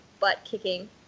butt-kicking